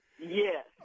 Yes